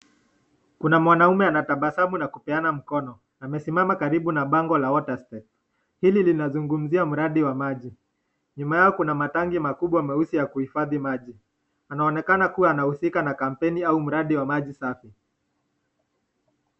Kuna mwanaume anatabasamu nakupeana mkono. Amesimama karibu na bango la Waterstep . Hili linazunumzia mradi wa maji, nyuma kuna matanki makubwa mweusi ya kuhifadhi maji. Anaonekana kuwa anahusika na kampuni au mradi wa maji safi.